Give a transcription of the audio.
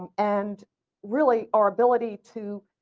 and really our ability to